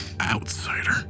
outsider